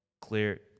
clear